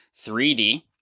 3D